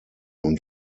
und